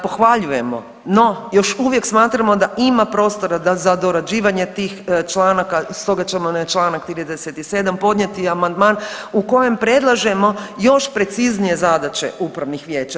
Pohvaljujemo no još uvijek smatramo da ima prostora za dorađivanje tih članaka, stoga ćemo na članak 37. podnijeti amandman u kojem predlažemo još preciznije zadaće upravnih vijeća.